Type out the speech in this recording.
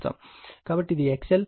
కాబట్టి ఇది XL ప్రాథమికంగా Q0 Lω R